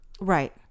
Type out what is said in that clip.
Right